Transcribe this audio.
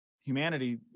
humanity